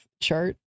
chart